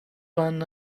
بند